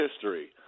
history